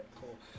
Cool